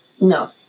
No